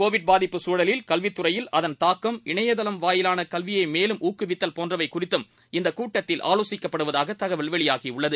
கோவிட்பாதிப்புச்சூழலில்கல்வித்துறையில்அதன்தாக்கம் இணையதளம்வாயிலானகல்வியைமேலும்ஊக்குவித்தல்போன்றவைகுறித்தும்இந்தக்கூட் டத்தில்ஆலோசிக்கப்படுவதாகதகவல்வெளியாகியுள்ளது